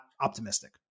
optimistic